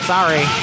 Sorry